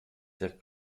der